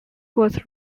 was